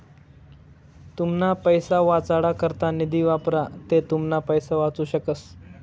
तुमना पैसा वाचाडा करता निधी वापरा ते तुमना पैसा वाचू शकस